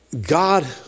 God